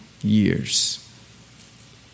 years